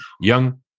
young